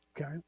Okay